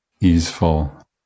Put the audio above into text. easeful